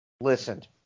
listened